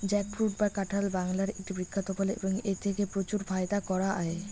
jackfruit বা কাঁঠাল বাংলার একটি বিখ্যাত ফল এবং এথেকে প্রচুর ফায়দা করা য়ায়